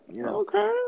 Okay